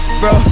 bro